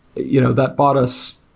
you know that bought us,